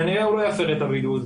כנראה הוא לא יפר את הבידוד.